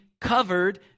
covered